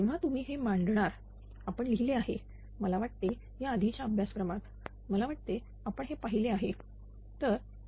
जेव्हा तुम्ही हे मांडणार आपण लिहिले आहे मला वाटते याआधीच्या अभ्यासक्रमात मला वाटते आपण हे पाहिले आहे